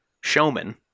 showman